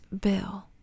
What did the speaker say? bill